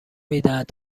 میدهد